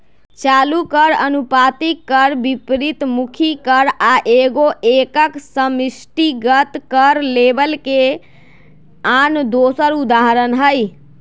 चालू कर, अनुपातिक कर, विपरितमुखी कर आ एगो एकक समष्टिगत कर लेबल के आन दोसर उदाहरण हइ